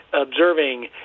observing